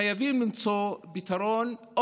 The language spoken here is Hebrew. חייבים למצוא פתרון,